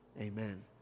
amen